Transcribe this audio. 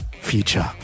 future